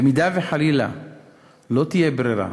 במידה שחלילה לא תהיה ברירה